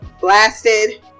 blasted